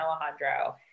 Alejandro